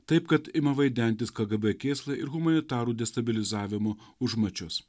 taip kad ima vaidentis kgb kėslai ir humanitarų destabilizavimo užmačios